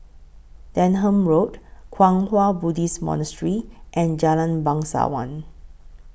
Denham Road Kwang Hua Buddhist Monastery and Jalan Bangsawan